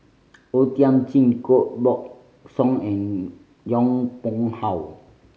O Thiam Chin Koh Buck Song and Yong Pung How